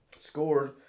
scored